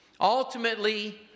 Ultimately